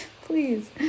Please